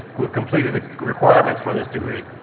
who have completed the requirements for this degree.